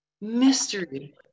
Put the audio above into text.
mystery